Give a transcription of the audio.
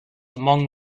among